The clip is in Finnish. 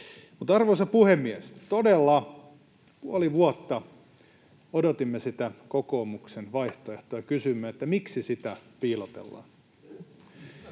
Arvoisa puhemies! Todella, puoli vuotta odotimme sitä kokoomuksen vaihtoehtoa ja kysyimme, miksi sitä piilotellaan.